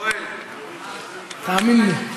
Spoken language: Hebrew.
תאמין לי.